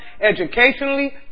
educationally